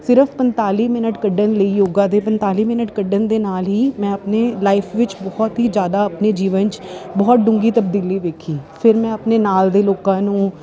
ਸਿਰਫ਼ ਪੰਨਤਾਲੀ ਮਿਨਟ ਕੱਢਣ ਲਈ ਯੋਗਾ ਦੇ ਪੰਨਤਾਲੀ ਮਿਨਟ ਕੱਢਣ ਦੇ ਨਾਲ ਹੀ ਮੈਂ ਆਪਣੇ ਲਾਈਫ ਵਿੱਚ ਬਹੁਤ ਹੀ ਜ਼ਿਆਦਾ ਆਪਣੇ ਜੀਵਨ 'ਚ ਬਹੁਤ ਡੂੰਘੀ ਤਬਦੀਲੀ ਵੇਖੀ ਫਿਰ ਮੈਂ ਆਪਣੇ ਨਾਲ ਦੇ ਲੋਕਾਂ ਨੂੰ